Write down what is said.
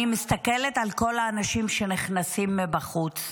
אני מסתכלת על כל האנשים שנכנסים מבחוץ,